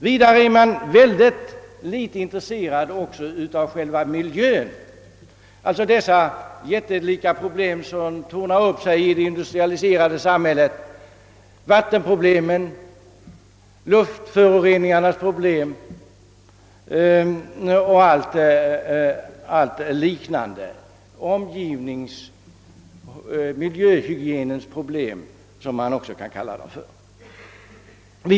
Vidare är man mycket litet intresserad av själva miljön och de jättelika frågor som på detta område tornar upp sig i det industrialiserade samhället: vattenproblemen, <:luftföroreningarnas problem m.m. — miljöhygienens problem som de också kan kallas.